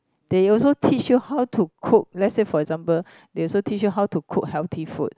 they also teach you how to cook let's say for example they also teach you how to cook healthy food